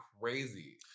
crazy